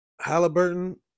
Halliburton